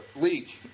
leak